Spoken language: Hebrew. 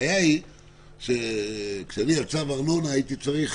הבעיה היא כשאני על צו ארנונה הייתי צריך